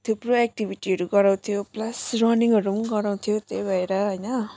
थुप्रो एक्टिभिटीहरू गराउँथ्यो प्लस रनिङहरू पनि गराउँथ्यो त्यही भएर हैन